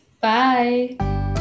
Bye